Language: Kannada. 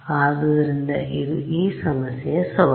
ಆದ್ದರಿಂದ ಇದು ಈ ಸಮಸ್ಯೆಯ ಸವಾಲು